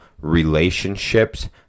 relationships